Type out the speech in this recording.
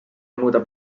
muudab